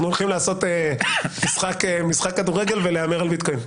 אנחנו הולכים לעשות משחק כדורגל ולהמר על ביטקוין.